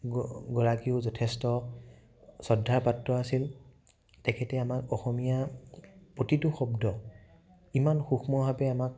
গৰাকীও যথেষ্ট শ্ৰদ্ধাৰ পাত্ৰ আছিল তেখেতে আমাক অসমীয়া প্ৰতিটো শব্দ ইমান সুক্ষ্মভাৱে আমাক